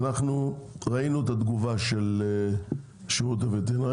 ואנחנו ראינו את התגובה של השירות הווטרינרי,